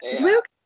Luke